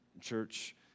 church